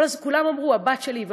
כולם אמרו: הבת שלי,